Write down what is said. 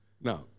Now